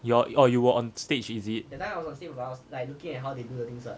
you were oh you were on stage is it